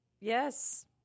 yes